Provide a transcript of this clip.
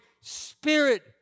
spirit